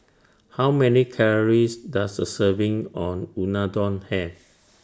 How Many Calories Does A Serving on Unadon Have